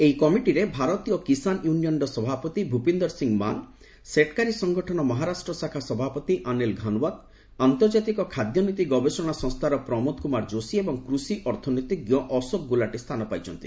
ଏହି କମିଟିରେ ଭାରତୀୟ କିଷାନ ୟୁନିୟନ୍ର ସଭାପତି ଭୂପିନ୍ଦର ସିଂହ ମାନ ସେଟ୍କାରୀ ସଂଗଠନ ମହାରାଷ୍ଟ୍ର ଶାଖା ସଭାପତି ଅନୀଲ ଘନଓ୍ୱତ୍ ଆନ୍ତର୍ଜାତିକ ଖାଦ୍ୟ ନୀତି ଗବେଷଣା ସଂସ୍ଥାର ପ୍ରମୋଦ କୁମାର ଯୋଶୀ ଏବଂ କୃଷି ଅର୍ଥନୀତିଜ୍ଞ ଅଶୋକ ଗୁଲାଟୀ ସ୍ଥାନ ପାଇଛନ୍ତି